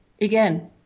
again